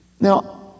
Now